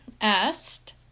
asked